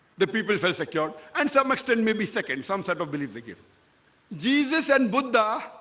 the people felt secure and some extent may be second some set of beliefs they give jesus and buddha